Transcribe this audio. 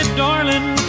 darling